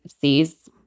sees